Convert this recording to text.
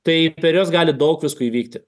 tai per juos gali daug visko įvykti